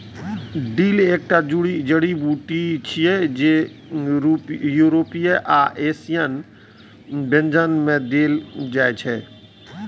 dill एकटा जड़ी बूटी छियै, जे यूरोपीय आ एशियाई व्यंजन मे देल जाइ छै